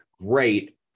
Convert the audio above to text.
great